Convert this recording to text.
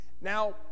Now